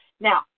now